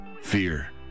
fear